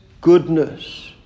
goodness